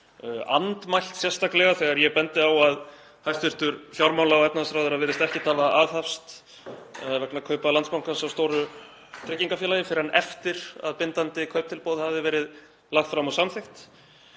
andmælt sérstaklega þegar ég bendi á að hæstv. fjármála- og efnahagsráðherra virðist ekkert hafa aðhafst vegna kaupa Landsbankans á stóru tryggingafélagi fyrr en eftir að bindandi kauptilboð hafði verið lagt fram og samþykkt.